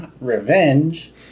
revenge